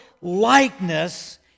likeness